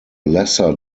lesser